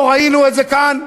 לא ראינו את זה כאן?